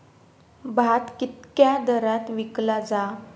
भात कित्क्या दरात विकला जा?